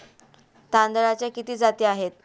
तांदळाच्या किती जाती आहेत?